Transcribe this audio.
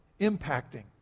impacting